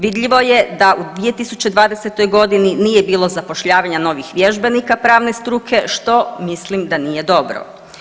Vidljivo je da u 2020. g. nije bilo zapošljavanja novih vježbenika pravne struke, što mislim da nije dobro.